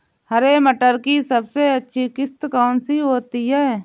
हरे मटर में सबसे अच्छी किश्त कौन सी होती है?